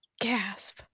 Gasp